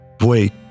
Wait